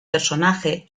personaje